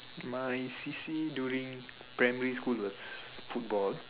my C_C_A during primary school was football